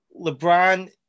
LeBron